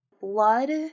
blood